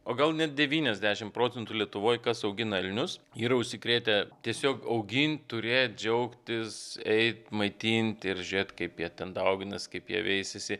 o gal net devyniasdešimt procentų lietuvoj kas augina elnius yra užsikrėtę tiesiog augint turėt džiaugtis eit maitint ir žėt kaip jie ten dauginas kaip jie veisiasi